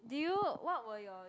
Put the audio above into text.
do you what were your